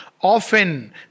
Often